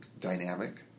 dynamic